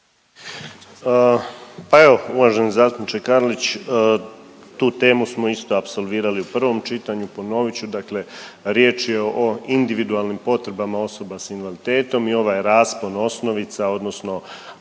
Pa evo uvaženi zastupniče Karlić, tu temu smo isto apsolvirali u prvom čitanju, ponovit ću dakle riječ je o individualnim potrebama osoba s invaliditetom i ovaj raspon osnovica odnosno